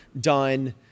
done